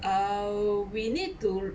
uh we need to